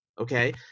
Okay